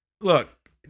Look